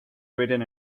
written